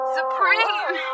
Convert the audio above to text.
Supreme